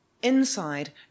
Inside